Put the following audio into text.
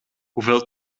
hoeveel